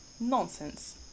Nonsense